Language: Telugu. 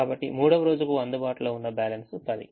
కాబట్టి మూడవ రోజుకు అందుబాటులో ఉన్న బ్యాలెన్స్ 10